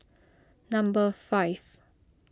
number five